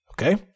okay